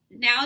now